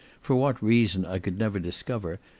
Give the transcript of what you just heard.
for what reason i could never discover,